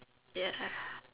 ya